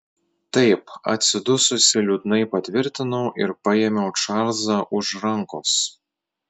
taip atsidususi liūdnai patvirtinau ir paėmiau čarlzą už rankos